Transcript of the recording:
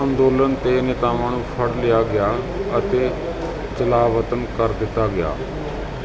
ਅੰਦੋਲਨ 'ਤੇ ਨੇਤਾਵਾਂ ਨੂੰ ਫੜ ਲਿਆ ਗਿਆ ਅਤੇ ਜਲਾਵਤਨ ਕਰ ਦਿੱਤਾ ਗਿਆ